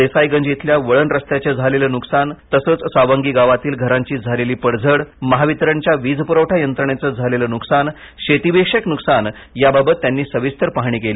देसाईगंज इथल्या वळण रस्त्याचे झालेले न्कसान तसेच सावंगी गावातील घरांची झालेली पडझड तसेच महावितरणच्या वीज प्रवठा यंत्रणेचे झालेले नुकसान शेतीविषयक नुकसान याबाबत त्यांनी सविस्तर पाहणी केली